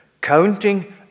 counting